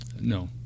No